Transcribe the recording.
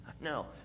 No